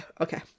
okay